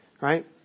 Right